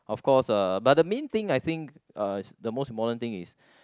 of course uh but the main thing I think uh is the most important thing is